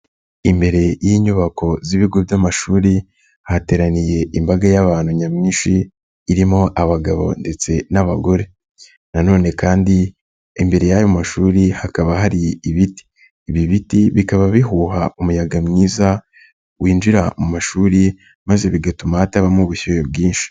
Imbere y'inyubako z'ibigo by'amashuri hateraniye imbaga y'abantu nyamwinshi, irimo abagabo ndetse n'abagore nanone kandi imbere y'ayo mashuri hakaba hari ibiti, ibi biti bikaba bihuha umuyaga mwiza winjira mu mashuri maze bigatuma hatabamo ubushyuhe bwinshi.